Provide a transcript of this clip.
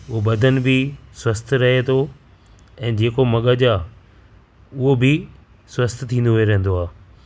उहो बदनु बि स्वस्थ रहे थो ऐं जेको मग़ज़ु आहे उहो बि स्वस्थ थींदो रहंदो आहे